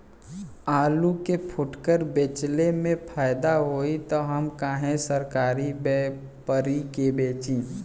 आलू के फूटकर बेंचले मे फैदा होई त हम काहे सरकारी व्यपरी के बेंचि?